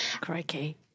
Crikey